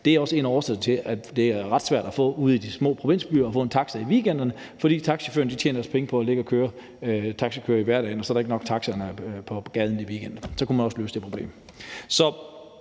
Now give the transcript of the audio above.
at det ude i de små provinsbyer er ret svært at få en taxa i weekenderne. For taxachaufførerne tjener deres penge på at ligge og køre taxa i hverdagen, og så er der ikke nok taxaer på gaden i weekenderne. Så kunne man også løse det problem.